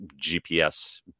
gps